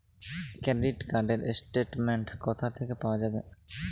Credit card র statement কোথা থেকে পাওয়া যাবে?